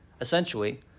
Essentially